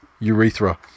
urethra